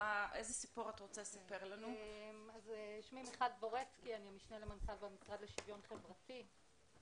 אני משנה למנכ"ל במשרד לשוויון חברתי.